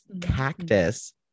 cactus